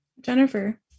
Jennifer